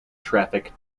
traffic